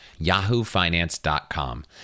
yahoofinance.com